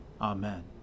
Amen